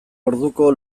orduko